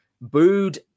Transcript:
booed